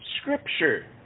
Scripture